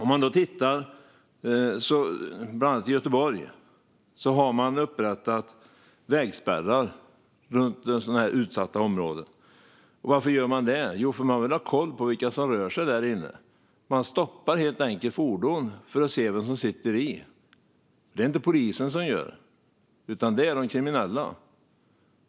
I Göteborg, till exempel, har man upprättat vägspärrar runt utsatta områden. Varför gör man det? Jo, därför att man vill ha koll på vilka som rör sig där inne. Man stoppar helt enkelt fordon för att se vem som sitter i. Det är inte polisen som gör det, utan det är de kriminella.